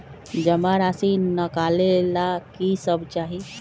जमा राशि नकालेला कि सब चाहि?